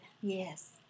Yes